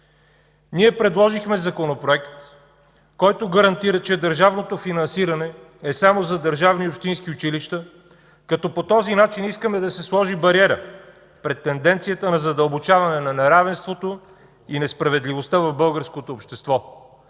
Ние предложихме законопроект, който гарантира, че държавното финансиране е само за държавни и общински училища, като по този начин искаме да се сложи бариера пред тенденцията на задълбочаване на неравенството и несправедливостта в българското общество.